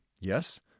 yes